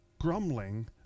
grumbling